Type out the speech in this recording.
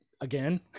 again